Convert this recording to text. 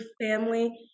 family